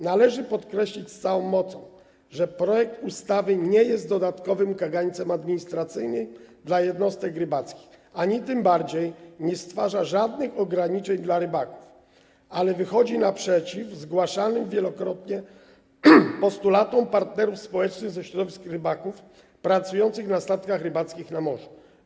Należy podkreślić z całą mocą, że projektowana ustawa nie jest dodatkowym kagańcem administracyjnym dla jednostek rybackich ani tym bardziej nie stwarza żadnych ograniczeń dla rybaków, natomiast wychodzi naprzeciw zgłaszanym wielokrotnie postulatom partnerów społecznych ze środowisk rybaków pracujących na statkach rybackich na morzu.